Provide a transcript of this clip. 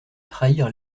trahir